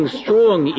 strong